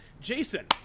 Jason